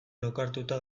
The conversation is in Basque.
lokartuta